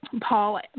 Paul